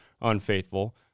unfaithful